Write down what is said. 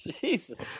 jesus